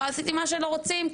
עשיתי מה שלא רוצים,